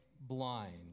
blind